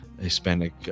Hispanic